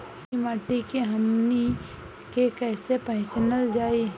छारी माटी के हमनी के कैसे पहिचनल जाइ?